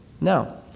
Now